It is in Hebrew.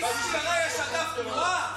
במשטרה יש אגף תנועה?